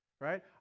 right